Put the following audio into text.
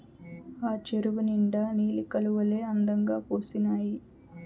ఆ చెరువు నిండా నీలి కలవులే అందంగా పూసీనాయి